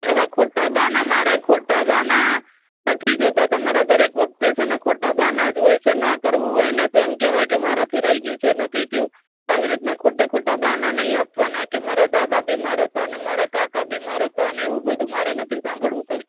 એવાં ખોટાં બહાના મારે ખોટાં બહાના નથી જોઈતાં તમારા દરેક વખતે છે ને ખોટાં બહાનાં જ હોય છે ના કરવું હોય ને તો એમ કહેવાય કે મારાથી રહી ગયું છે નથી થયું આવી રીતના ખોટે ખોટા બહાનાં નહીં આપવાનાં કે મારા દાદા બીમાર હતા ને મારા કાકા બીમાર હતા ને એવું બધું મારે નથી સાંભળવું કાંઈ